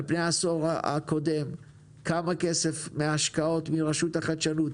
על העשור הקודם, כמה כסף מההשקעות של רשות החדשנות